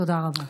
תודה רבה.